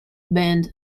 band